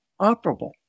operable